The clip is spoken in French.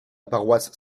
paroisse